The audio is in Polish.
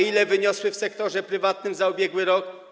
Ile wyniosły w sektorze prywatnym w ubiegłym roku?